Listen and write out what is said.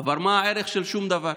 אבל מה הערך של שום דבר.